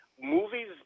movies